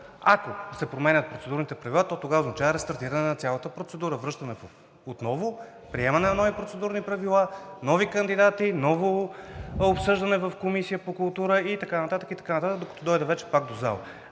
Ако се променят процедурните правила, то тогава се получава рестартиране на цялата процедура, връщане отново, приемане на нови процедурни правила, нови кандидати, ново обсъждане в Комисията по култура и така нататък, и така нататък, докато дойде вече пак до залата.